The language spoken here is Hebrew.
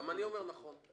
גם אני אומר נכון.